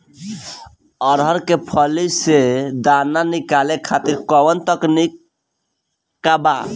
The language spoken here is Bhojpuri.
अरहर के फली से दाना निकाले खातिर कवन तकनीक बा का?